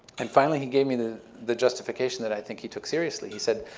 and finally, he gave me the the justification that i think he took seriously. he said,